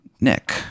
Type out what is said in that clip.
Nick